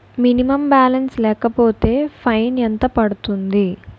Minimum balance లేకపోతే fine ఎంత పడుతుంది?